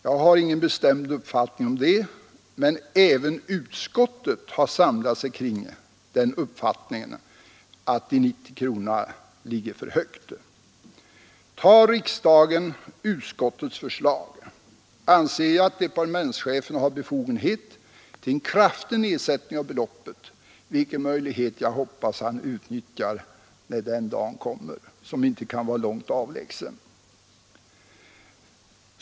Jag har ingen bestämd uppfattning, men även utskottet har samlat sig kring uppfattningen att de 90 kronorna ligger för högt. Tar riksdagen utskottets förslag, anser jag att departementschefen har befogenhet till att göra en kraftig nedsättning av beloppet, vilken möjlighet jag hoppas att han utnyttjar när den dagen kommer, och den kan inte vara långt avlägsen.